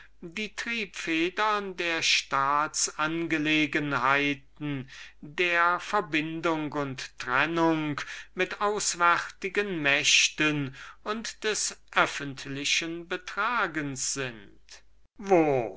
buhlerin die triebfedern der staats-angelegenheiten der verbindung und trennung mit auswärtigen mächten und des öffentlichen betragens sind wo